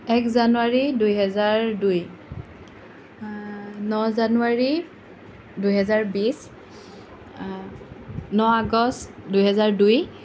এক জানুৱাৰী দুই হেজাৰ দুই ন জানুৱাৰী দুই হেজাৰ বিশ ন আগষ্ট দুই হেজাৰ দুই